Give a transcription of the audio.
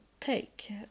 take